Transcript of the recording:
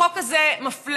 החוק הזה מפלה,